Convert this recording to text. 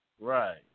right